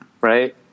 right